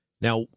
Now